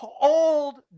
old